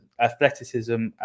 athleticism